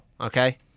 Okay